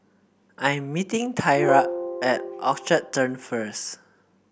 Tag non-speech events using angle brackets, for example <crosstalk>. I'm meeting <noise> Thyra at Orchard Turn first